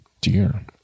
dear